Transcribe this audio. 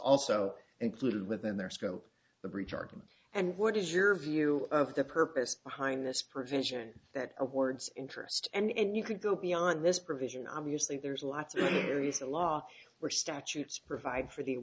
also included within their scope the breach argument and what is your view of the purpose behind this provision that awards interest and you could go beyond this provision obviously there's a lot serious a law where statutes provide for the